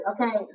Okay